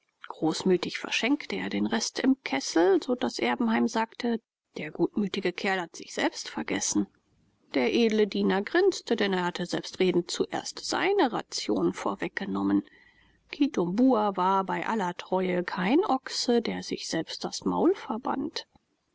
großmütig verschenkte er den rest im kessel so daß erbenheim sagte der gutmütige kerl hat sich selbst vergessen der edle diener grinste denn er hatte selbstredend zuerst seine ration vorweggenommen kitumbua war bei aller treue kein ochse der sich selbst das maul verband